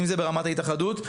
אם זה ברמת ההתאחדות,